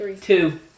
Two